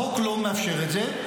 החוק לא מאפשר את זה,